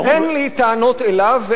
אין לי טענות אליו,